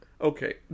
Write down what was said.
okay